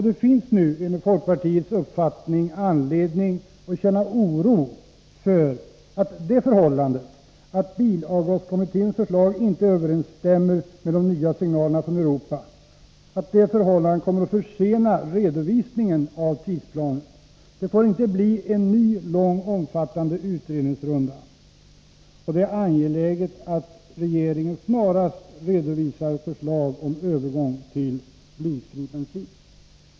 Det finns nu, enligt folkpartiets uppfattning, anledning att känna oro för att det förhållandet att bilavgaskommitténs förslag inte överensstämmer med de nya signalerna från Europa kommer att försena redovisningen av tidsplanen. Det får inte bli en ny, lång och omfattande utredningsrunda, och det är angeläget att regeringen snarast redovisar förslag om övergång till blyfri bensin.